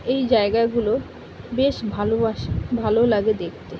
এই জায়গাগুলো বেশ ভালোবাসি ভালো লাগে দেখতে